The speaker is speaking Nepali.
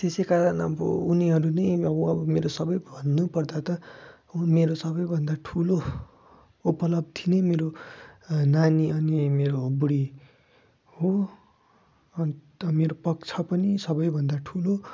त्यसै कारण अब उनीहरू नै अब अब मेरो भन्नुपर्दा त मेरो सबैभन्दा ठुलो उपलब्धि नै मेरो नानी अनि मेरो बुढी हो अन्त मेरो पक्ष पनि सबैभन्दा ठुलो